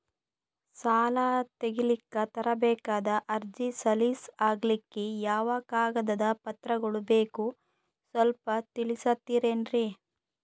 ಸಾಲ ತೆಗಿಲಿಕ್ಕ ತರಬೇಕಾದ ಅರ್ಜಿ ಸಲೀಸ್ ಆಗ್ಲಿಕ್ಕಿ ಯಾವ ಕಾಗದ ಪತ್ರಗಳು ಬೇಕು ಸ್ವಲ್ಪ ತಿಳಿಸತಿರೆನ್ರಿ?